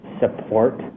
support